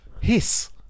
Hiss